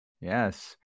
Yes